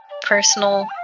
personal